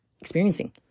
experiencing